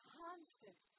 constant